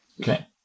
Okay